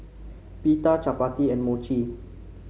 Pita Chapati and Mochi